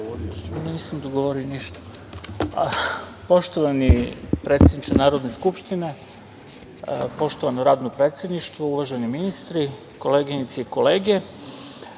ima reč. **Miloš Banđur** Poštovani predsedniče Narodne skupštine, poštovano radno predsedništvo, uvaženi ministri, koleginice i kolege,